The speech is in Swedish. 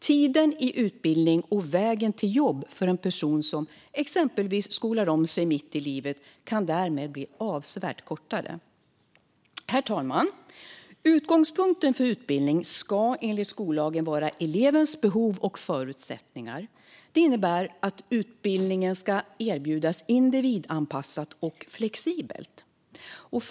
Tiden i utbildning och vägen till jobb för en person som exempelvis skolar om sig mitt i livet kan därmed bli avsevärt kortare. Herr talman! Utgångspunkten för utbildning ska enligt skollagen vara elevens behov och förutsättningar. Det innebär att utbildning ska erbjudas individanpassat och flexibelt.